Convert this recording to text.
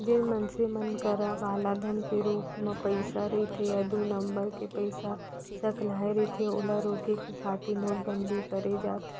जेन मनसे मन करा कालाधन के रुप म पइसा रहिथे या दू नंबर के पइसा सकलाय रहिथे ओला रोके खातिर नोटबंदी करे जाथे